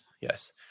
yes